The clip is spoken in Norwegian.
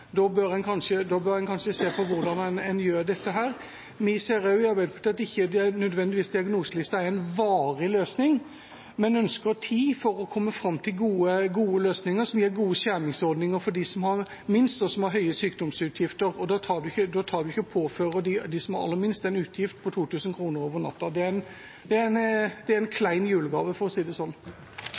Da bør en kanskje se på hvordan en gjør dette. Vi ser også at diagnoselista ikke nødvendigvis er en varig løsning, men vi ønsker tid for å komme fram til gode løsninger som gir gode skjermingsordninger for dem som har minst, og som har høye sykdomsutgifter. Da påfører man ikke dem som har aller minst, en utgift på 2 000 kr over natta. Det er en klein julegave, for å si det sånn. Representanten Karin Andersen har hatt ordet to ganger tidligere og får ordet til en kort merknad, begrenset til 1 minutt. Det